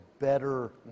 better